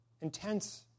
intense